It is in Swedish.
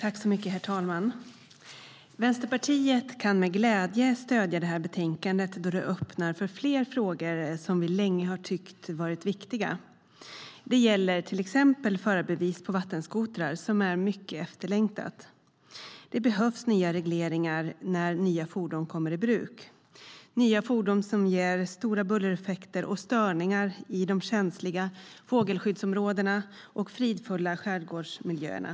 Herr talman! Vänsterpartiet kan med glädje stödja förslaget i det här betänkandet, då det öppnar för fler frågor som vi länge har tyckt vara viktiga. Det gäller till exempel förarbevis för vattenskotrar, som är mycket efterlängtat. Det behövs nya regleringar när nya fordon kommer i bruk - nya fordon som ger stora bullereffekter och störningar i de känsliga fågelskyddsområdena och fridfulla skärgårdsmiljöerna.